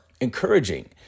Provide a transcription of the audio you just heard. encouraging